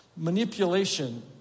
manipulation